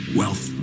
wealth